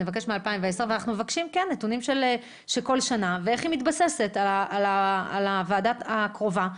אנחנו מבקשים נתונים על כל שנה ואיך היא מתבססת על הוועדה הקרובה.